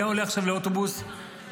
אם היה עולה עכשיו לאוטובוס כפקח